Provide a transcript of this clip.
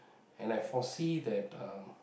and I foresee that uh